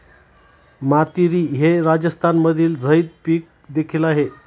मातीरी हे राजस्थानमधील झैद पीक देखील आहे